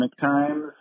times